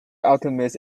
alchemist